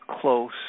close